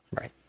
Right